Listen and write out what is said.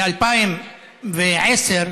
ב-2010,